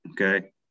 okay